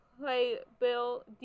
Playbill